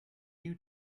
you